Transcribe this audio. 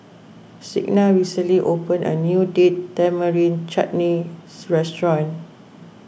Signa recently opened a new Date Tamarind Chutney restaurant